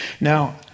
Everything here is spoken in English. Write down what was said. Now